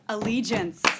Allegiance